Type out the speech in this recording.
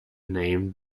name